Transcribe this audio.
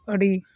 ᱟᱹᱰᱤ